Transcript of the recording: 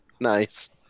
Nice